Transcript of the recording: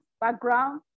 background